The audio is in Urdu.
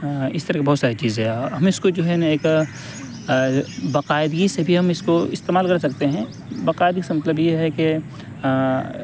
اس طرح کی بہت ساری چیزیں ہیں ہمیں اس کو جو ہے نا ایک باقاعدگی سے بھی ہم اس کو استعمال کر سکتے ہیں باقاعدگی سے مطلب یہ ہے کہ